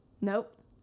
nope